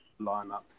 lineup